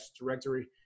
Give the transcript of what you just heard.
directory